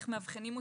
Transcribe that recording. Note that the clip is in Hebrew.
איך מאבחנים אותה.